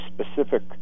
specific